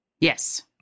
Yes